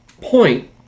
point